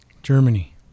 Germany